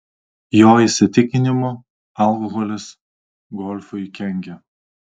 jo įsitikinimu alkoholis golfui kenkia